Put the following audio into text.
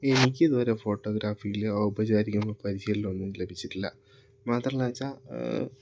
എനിക്കിത് വരെ ഫോട്ടോഗ്രാഫിയില് ഔപചാരിക പരിശീലനമൊന്നും ലഭിച്ചിട്ടില്ല മാത്രമല്ല വെച്ചാൽ